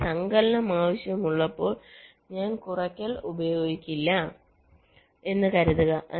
എനിക്ക് സങ്കലനം ആവശ്യമുള്ളപ്പോൾ ഞാൻ കുറയ്ക്കൽ ഉപയോഗിക്കില്ല എന്ന് കരുതുക